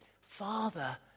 Father